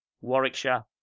Warwickshire